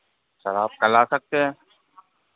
sir आप कल आ सकते हैं